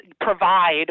provide